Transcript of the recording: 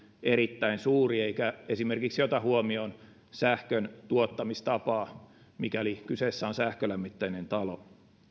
erittäin suuri eikä esimerkiksi ota huomioon sähkön tuottamistapaa mikäli kyseessä on sähkölämmitteinen talo